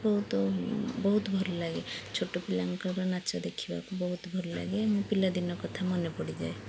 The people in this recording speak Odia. ବହୁତ ବହୁତ ଭଲ ଲାଗେ ଛୋଟ ପିଲାଙ୍କର ନାଚ ଦେଖିବାକୁ ବହୁତ ଭଲ ଲାଗେ ମୋ ପିଲାଦିନ କଥା ମନେ ପଡ଼ିଯାଏ